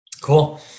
Cool